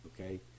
Okay